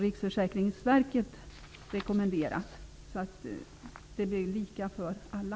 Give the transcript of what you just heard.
Riksförsäkringsverket rekommenderat så att det blir lika för alla.